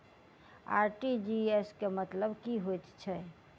RTGS केँ मतलब की हएत छै?